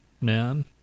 man